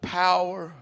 power